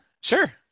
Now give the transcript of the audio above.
Sure